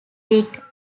rigged